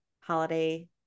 holiday